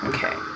Okay